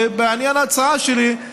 ובעניין ההצעה שלי,